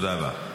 תודה רבה.